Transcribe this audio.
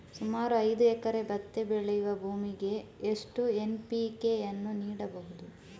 ಸುಮಾರು ಐದು ಎಕರೆ ಭತ್ತ ಬೆಳೆಯುವ ಭೂಮಿಗೆ ಎಷ್ಟು ಎನ್.ಪಿ.ಕೆ ಯನ್ನು ನೀಡಬಹುದು?